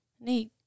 Neat